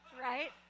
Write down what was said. right